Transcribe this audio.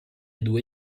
due